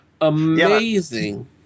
amazing